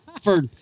for-